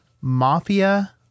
Mafia